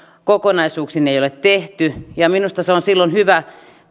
kokonaisuuksiin ei ole tehty minusta ne on silloin hyvä